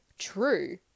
true